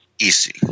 Easy